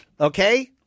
Okay